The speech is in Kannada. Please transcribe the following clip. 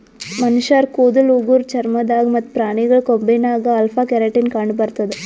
ಮನಶ್ಶರ್ ಕೂದಲ್ ಉಗುರ್ ಚರ್ಮ ದಾಗ್ ಮತ್ತ್ ಪ್ರಾಣಿಗಳ್ ಕೊಂಬಿನಾಗ್ ಅಲ್ಫಾ ಕೆರಾಟಿನ್ ಕಂಡಬರ್ತದ್